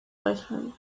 rechnen